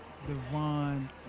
Devon